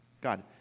God